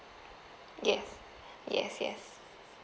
yes yes yes